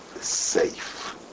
safe